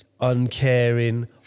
uncaring